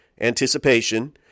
anticipation